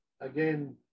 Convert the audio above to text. again